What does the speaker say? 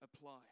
apply